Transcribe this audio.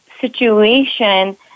situation